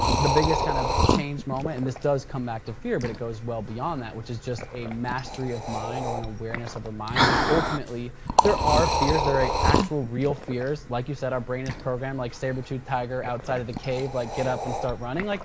the biggest kind of change moment and this does come back to fear, but it goes well beyond that which is just a mastery of mind or an awareness over mind. cause ultimately there are fears, there are actual real fears. like you said, our brain is programmed, like saber tooth tiger outside of the cave, like get up and start running. like